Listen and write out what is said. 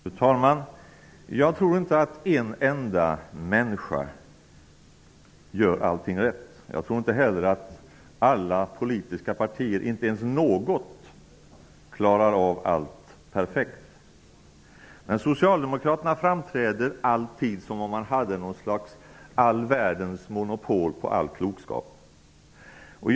Fru talman! Jag tror inte att en enda människa gör allting rätt. Jag tror inte heller att alla politiska partier, inte ens något, klarar av allt perfekt. Men socialdemokraterna framträder alltid som om de hade all världens monopol på all klokskap. Fru talman!